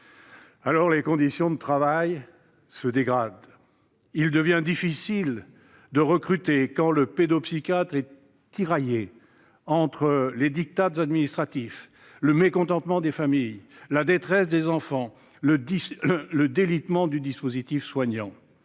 lors, les conditions de travail se dégradent. Il devient difficile de recruter quand le pédopsychiatre est tiraillé entre les diktats administratifs, le mécontentement des familles, la détresse des enfants, le délitement du dispositif soignant